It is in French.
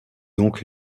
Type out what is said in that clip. donc